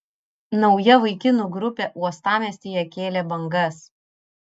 nauja vaikinų grupė uostamiestyje kėlė bangas